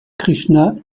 krishna